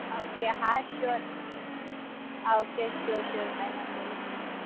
okay હા sure okay sure sure કાઇ વાંધો નહીં